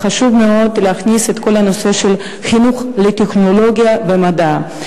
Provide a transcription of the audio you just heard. וחשוב מאוד להכניס את כל הנושא של חינוך לטכנולוגיה ומדע.